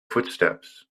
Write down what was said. footsteps